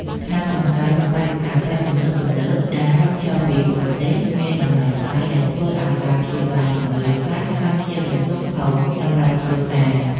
ថ្នាំសង្កូវនិងបរិក្ខារពេទ្យទំនើបៗដែលនាំចូលពីបរទេសមានតម្លៃថ្លៃដែលធ្វើឱ្យការព្យាបាលជំងឺខ្លះក្លាយជាបន្ទុកធំសម្រាប់គ្រួសារ។